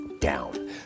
down